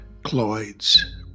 Cloyd's